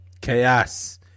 Chaos